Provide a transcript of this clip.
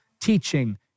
teaching